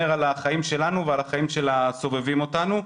על החיים שלנו ועל החיים של הסובבים אותנו.